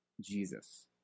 Jesus